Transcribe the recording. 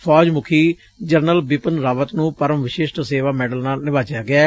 ਫੌਜ ਮੁਖੀ ਜਨਰਲ ਬਿਪਿਨ ਰਾਵਤ ਨੂੰ ਪਰਮ ਵਿਸ਼ਸਟ ਸੇਵਾ ਮੈਡਲ ਨਾਲ ਨਿਵਾਜਿਆ ਗਿਐ